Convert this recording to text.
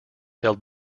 held